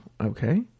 okay